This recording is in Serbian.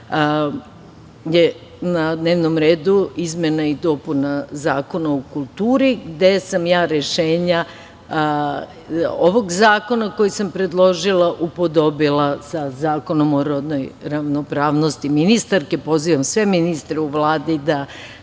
je na dnevnom redu izmena i dopuna Zakona o kulturi, gde sam ja rešenja ovog zakona koji sam predložila upodobila sa Zakonom o rodnoj ravnopravnosti ministarke. Pozivam sve ministre u Vladi da